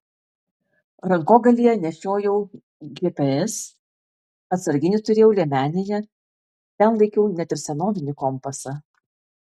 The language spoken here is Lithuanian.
rankogalyje nešiojau gps atsarginį turėjau liemenėje ten laikiau net ir senovinį kompasą